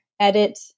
edit